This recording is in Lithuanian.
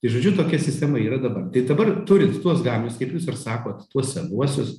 tai žodžiu tokia sistema yra dabar tai dabar turint tuos gaminius kaip jūs ir sakot tuos senuosius